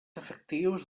efectius